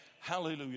Hallelujah